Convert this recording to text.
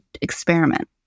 experiment